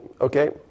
Okay